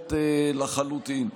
ברורות לחלוטין.